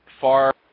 far